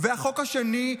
והחוק השני,